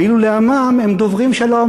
ואילו לעמם הם דוברים שלום,